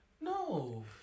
No